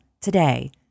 today